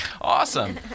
Awesome